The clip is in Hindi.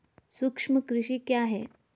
सूक्ष्म कृषि क्या है?